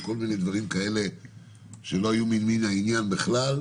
כל מיני דברים כאלה שלא היו ממין העניין בכלל,